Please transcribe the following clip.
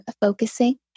focusing